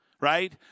right